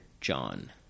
John